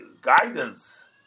guidance